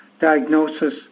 diagnosis